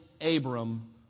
Abram